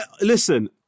Listen